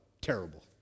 Terrible